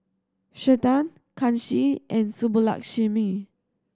Chetan Kanshi and Subbulakshmi